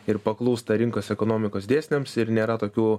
ir paklūsta rinkos ekonomikos dėsniams ir nėra tokių